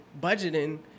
budgeting